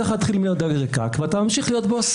צריך להתחיל מהדג רקק ואתה ממשיך להיות בוס,